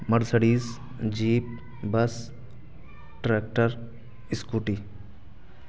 Mercedes jeep bus tractor scooty